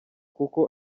kuko